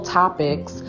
topics